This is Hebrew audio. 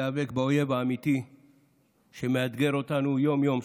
להיאבק באויב האמיתי שמאתגר אותנו יום-יום,